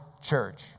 Church